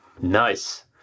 Nice